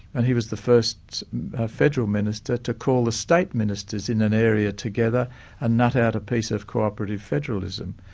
and he was the first federal minister to call the state ministers in an area together and nut out a piece of co-operative federalism.